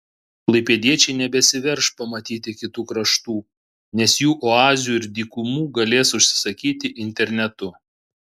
klaipėdiečiai nebesiverš pamatyti kitų kraštų nes jų oazių ir dykumų galės užsisakyti internetu